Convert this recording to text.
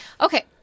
okay